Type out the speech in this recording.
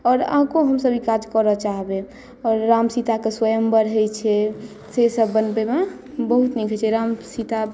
आओर आगुओं हमसभ ई काज करऽ चाहबै आओर राम सीताके स्वयंवर होइ छै से सभ बनबै मे बहुत नीक होइ छै राम सीता